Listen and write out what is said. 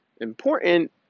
important